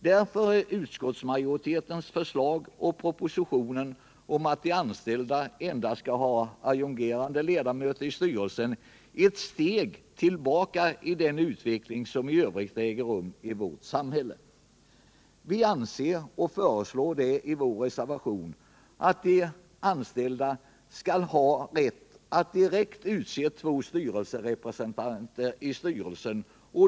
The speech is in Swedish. Därför är utskottsmajoritetens och propositionens förslag, att de anställda endast skall ha adjungerade ledamöter i styrelsen, ett steg tillbaka i den utveckling som i övrigt äger rum i vårt samhälle. Vi anser och föreslår i vår reservation att de anställda skall ha rätt att direkt utse två representanter i styrelsen.